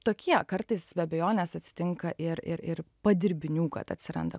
tokie kartais be abejonės atsitinka ir ir ir padirbinių kad atsiranda